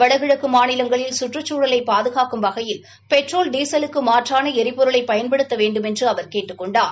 வடகிழக்கு மாநிலங்களில் கற்றுச்சூழலை பாதுகாக்கும் வகையில் பெட்ரோல் டீசலுக்கு மாற்றள ளரிபொருளை பயன்படுத்த வேண்டுமென்று அவர் கேட்டுக் கொண்டார்